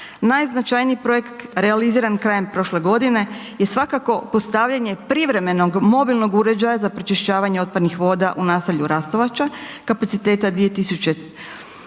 najznačajniji projekt realiziran krajem prošle godine je svakako postavljanje privremenog mobilnog uređaja za pročišćavanje otpadnog voda u naselju Rastovača kapaciteta 2000